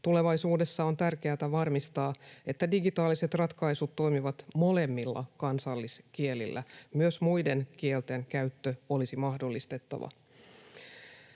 Tulevaisuudessa on tärkeätä varmistaa, että digitaaliset ratkaisut toimivat molemmilla kansalliskielillä. Myös muiden kielten käyttö olisi mahdollistettava.